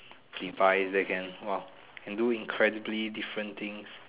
three five seconds they can !wah! can do incredibly different things